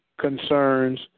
concerns